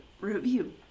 review